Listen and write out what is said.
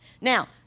Now